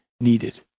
needed